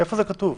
איפה כתוב